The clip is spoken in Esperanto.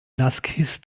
naskis